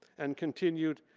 and continued,